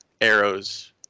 arrows